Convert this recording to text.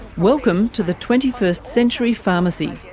welcome to the twenty first century pharmacy,